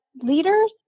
leaders